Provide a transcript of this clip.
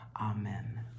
Amen